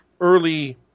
early